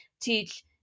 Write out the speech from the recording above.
teach